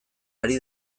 ari